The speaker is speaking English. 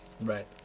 right